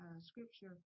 scripture